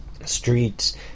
streets